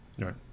right